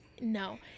No